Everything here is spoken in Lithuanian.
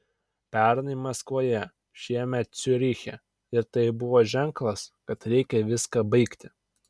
pernai maskvoje šiemet ciuriche ir tai buvo ženklas kad reikia viską baigti